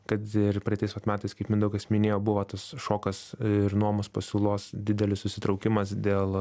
kad ir praeitais vat metais kaip mindaugas minėjo buvo tas šokas ir nuomos pasiūlos didelis susitraukimas dėl